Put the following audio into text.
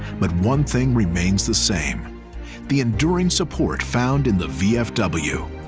but one thing remains the same the enduring support found in the vfw,